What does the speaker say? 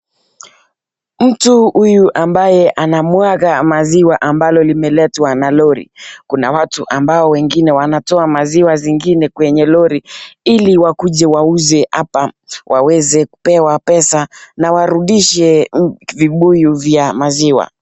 Mtu huyu ambaye anamwaga maziwa ambalo limeletwa na lori. Kuna watu ambao wengine wanatoa maziwa zingine kwenye lori ili wakuje wauze hapa, waweze kupewa pesa na warudishe vibuyu vya maziwa.